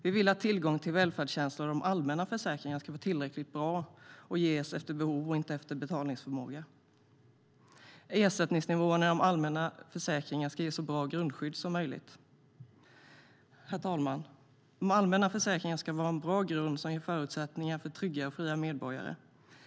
Vi vill att tillgången till välfärdstjänster och de allmänna försäkringarna ska vara tillräckligt bra och ges efter behov, inte efter betalningsförmåga. Ersättningsnivåerna i de allmänna försäkringarna ska ge ett så bra grundskydd som möjligt. Herr talman! De allmänna försäkringarna ska vara en bra grund som ger förutsättningar för trygga och fria medborgare.